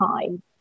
time